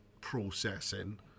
processing